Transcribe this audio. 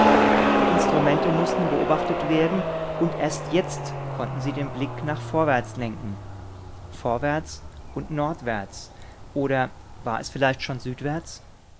die instrumente mußten beobachtet werden und erst jetzt konnten sie den blick nach vorwärts lenken vorwärts und nordwärts oder war es vielleicht schon südwärts